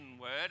Word